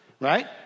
Right